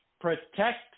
protect